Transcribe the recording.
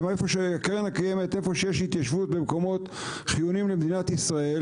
ואיפה שיש התיישבות במקומות חיוניים למדינת ישראל,